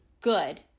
good